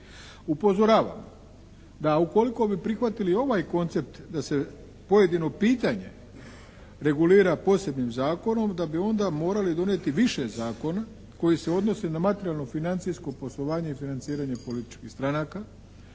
Upozoravam da ukoliko bi prihvatili ovaj koncept da se pojedino pitanje regulira posebnim zakonom da bi onda morali donijeti više zakona koji se odnose na materijalno-financijsko poslovanje i financiranje političkih stranaka